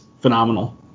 phenomenal